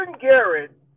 Garrett